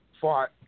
fought